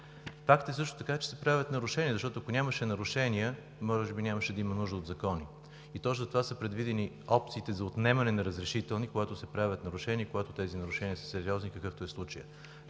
Факт е също така, че се правят нарушения, защото, ако нямаше нарушения, може би нямаше да има нужда от закони. И точно затова са предвидени опциите за отнемане на разрешителни, когато се правят нарушения и когато тези нарушения са сериозни, какъвто е случаят.